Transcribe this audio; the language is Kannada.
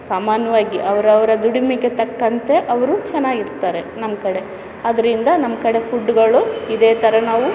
ಸಾಮಾನ್ಯವಾಗಿ ಅವರವ್ರ ದುಡಿಮೆಗೆ ತಕ್ಕಂತೆ ಅವರು ಚೆನ್ನಾಗಿರ್ತಾರೆ ನಮ್ಮ ಕಡೆ ಅದರಿಂದ ನಮ್ಮ ಕಡೆ ಫುಡ್ಗಳು ಇದೇ ಥರ ನಾವು